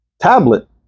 tablet